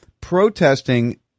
protesting